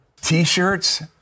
T-shirts